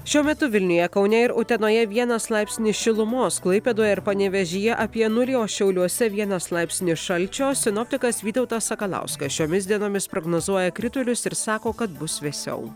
šiuo metu vilniuje kaune ir utenoje vienas laipsnis šilumos klaipėdoje ir panevėžyje apie nulį o šiauliuose vienas laipsnis šalčio sinoptikas vytautas sakalauskas šiomis dienomis prognozuoja kritulius ir sako kad bus vėsiau